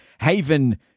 Haven